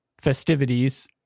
festivities